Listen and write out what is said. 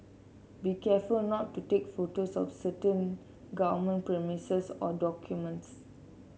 be careful not to take photos of certain government premises or documents